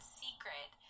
secret